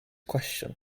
question